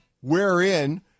wherein